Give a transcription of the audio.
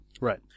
Right